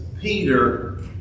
Peter